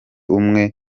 umwe